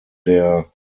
der